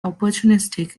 opportunistic